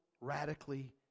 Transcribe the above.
radically